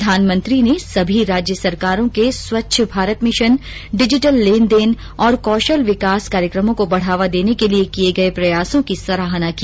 प्रधानमंत्री ने सभी राज्य सरकारों के स्वच्छ भारत मिशन डिजिटल लेन देन और कौशल विकास कार्यकमों को बढ़ावा देने के लिए किए गए प्रयासों की सराहना की